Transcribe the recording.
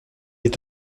est